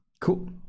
Cool